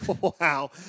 Wow